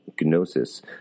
gnosis